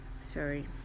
Sorry